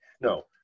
No